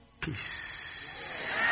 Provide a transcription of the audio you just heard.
Peace